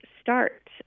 start